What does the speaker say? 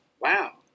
wow